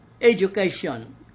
education